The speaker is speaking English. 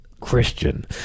Christian